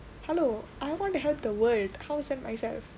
hello I want to help the world how is it myself